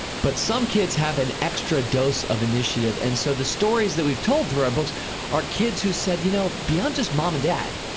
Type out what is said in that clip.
but some kids have an extra dose of initiative and so the stories that we've told through our books are kids who said, you know, beyond just mom and dad,